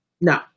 No